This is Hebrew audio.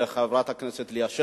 ולחברת הכנסת ליה שמטוב,